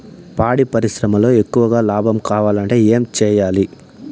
పాడి పరిశ్రమలో ఎక్కువగా లాభం కావాలంటే ఏం చేయాలి?